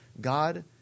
God